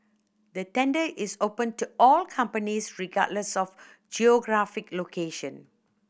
the tender is open to all companies regardless of geographic location